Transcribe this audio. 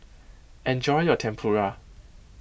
enjoy your Tempura